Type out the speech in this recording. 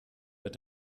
mit